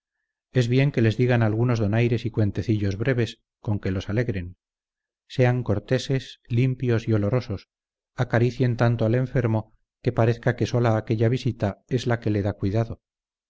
es bien que les digan algunos donaires y cuentecillos breves con que los alegren sean corteses limpios y olorosos acaricien tanto al enfermo que parezca que sola aquella visita es la que le da cuidado